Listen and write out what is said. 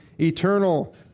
eternal